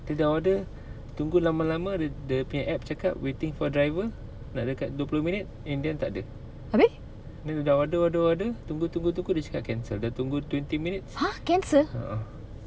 dia dah order tunggu lama-lama the punya app cakap waiting for driver nak dekat dua puluh minute in the end tak ada dia dah order order order tunggu tunggu tunggu dia cakap cancel dah tunggu twenty minutes (uh huh)